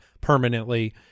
permanently